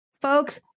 Folks